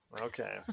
Okay